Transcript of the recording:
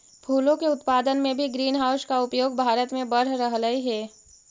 फूलों के उत्पादन में भी ग्रीन हाउस का उपयोग भारत में बढ़ रहलइ हे